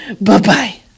Bye-bye